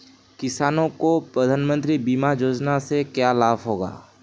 किसानों को प्रधानमंत्री बीमा योजना से क्या लाभ होगा?